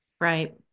Right